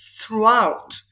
throughout